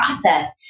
process